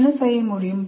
என்ன செய்ய முடியும்